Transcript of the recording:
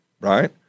right